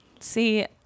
see